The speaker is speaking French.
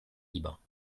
libre